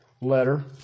letter